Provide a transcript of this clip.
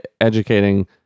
educating